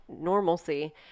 normalcy